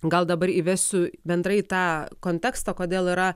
gal dabar įvesiu bendrai tą kontekstą kodėl yra